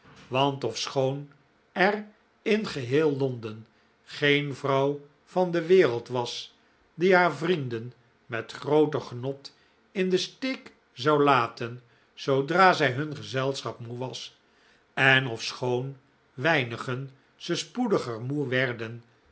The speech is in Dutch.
want ofschoon er in geheel londen geen vrouw van de wereld was die haar vrienden met grooter genot in den steek zou laten zoodra zij hun gezelschap moe was en ofschoon weinigen ze spoediger moe werden